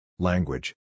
Language